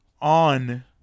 on